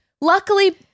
Luckily